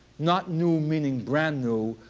not new meaning brand new,